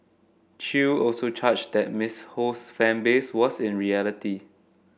chew also charged that Miss Ho's fan base was in reality